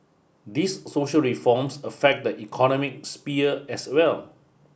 these social reforms affect the economic sphere as well